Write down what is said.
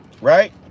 right